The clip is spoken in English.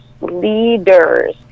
leaders